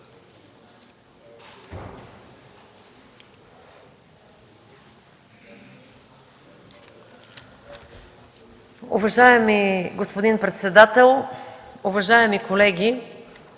Уважаеми господин председател, уважаеми колеги!